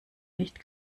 nicht